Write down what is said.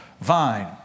vine